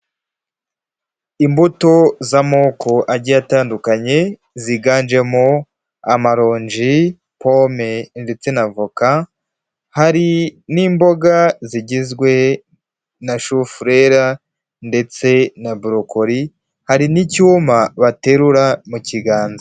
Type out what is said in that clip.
Imbuto z'amoko agiye atandukanye ziganjemo amaronji, pome ndetse n'avoka, hari n'imboga zigizwe na shufureri ndetse na borokoli, hari n'icyuma baterura mu kiganza.